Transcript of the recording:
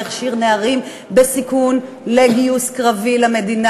והכשיר נערים בסיכון לגיוס קרבי למדינה,